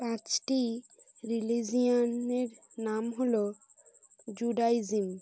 পাঁচটি রিলিজিয়নের নাম হল জুডাইজম